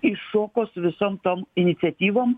iššoko su visom tom iniciatyvom